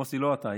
מוסי, לא אתה.